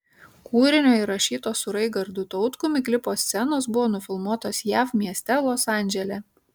kūrinio įrašyto su raigardu tautkumi klipo scenos buvo nufilmuotos jav mieste los andžele